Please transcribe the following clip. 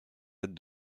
aides